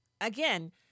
Again